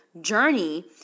journey